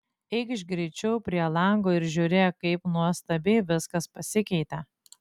eikš greičiau prie lango ir žiūrėk kaip nuostabiai viskas pasikeitė